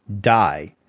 die